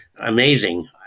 amazing